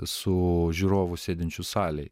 su žiūrovu sėdinčiu salėj